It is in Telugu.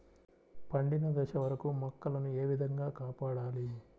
పండిన దశ వరకు మొక్కల ను ఏ విధంగా కాపాడాలి?